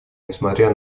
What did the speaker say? несмотря